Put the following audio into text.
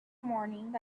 morning